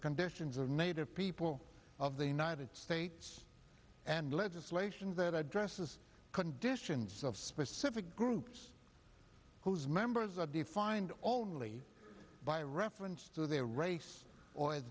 conditions of native people of the united states and legislation that addresses conditions of specific groups whose members are defined only by reference to their race or